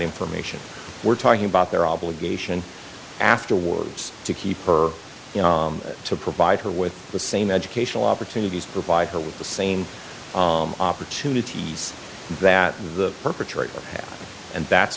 information we're talking about their obligation afterwards to keep her to provide her with the same educational opportunities provide her with the same opportunities that the perpetrator and that's